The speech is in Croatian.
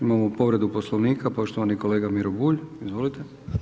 Imamo povredu Poslovnika, poštovani kolega Miro Bulj, izvolite.